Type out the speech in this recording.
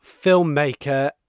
filmmaker